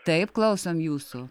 taip klausom jūsų